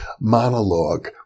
monologue